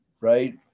right